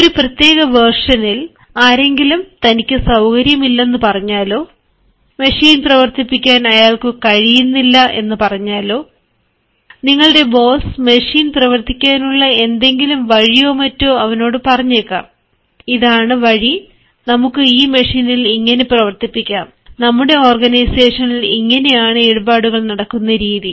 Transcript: ഒരു പ്രത്യേക വേർഷനിൽ ആരെങ്കിലും തനിക്ക് സൌകര്യം ഇല്ലെന്നു പറഞ്ഞാലോ മെഷീൻ പ്രവർത്തിപ്പിക്കാൻ അയാൾക്ക് കഴിയില്ലെന്നു പറഞ്ഞാലോ നിങ്ങളുടെ ബോസ് മെഷീൻ പ്രവർത്തിക്കാനുള്ള എന്തെങ്കിലും വഴിയോ മറ്റോ അവനോട് പറഞ്ഞേക്കാം ഇതാണ് വഴി നമുക്ക് ഈ മെഷീനിൽ ഇങ്ങനെ പ്രവർത്തിപ്പിക്കാം നമ്മുടെ ഓർഗനൈസേഷനിൽ ഇങ്ങനെയാണ് ഇടപാടുകൾ നടക്കുന്ന രീതി